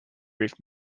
with